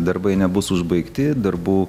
darbai nebus užbaigti darbų